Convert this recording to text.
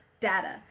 data